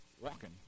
walking